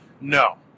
No